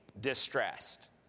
distressed